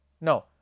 No